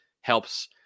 helps